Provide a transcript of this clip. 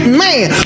man